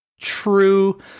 true